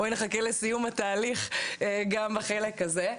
בואי נחכה לסיום התהליך גם בחלק הזה.